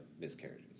miscarriages